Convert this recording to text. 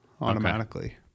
automatically